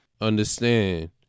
understand